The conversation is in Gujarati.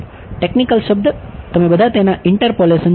તે શબ્દ શું છે ટેકનિકલ જાણો છો